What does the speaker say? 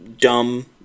dumb